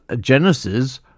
genesis